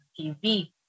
TV